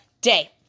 day